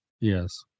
Yes